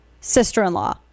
sister-in-law